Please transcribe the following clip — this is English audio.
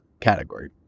category